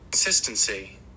Consistency